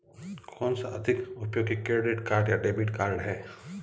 कौनसा अधिक उपयोगी क्रेडिट कार्ड या डेबिट कार्ड है?